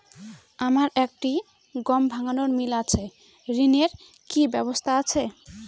আমার একটি গম ভাঙানোর মিল আছে ঋণের কি ব্যবস্থা আছে?